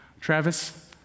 Travis